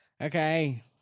Okay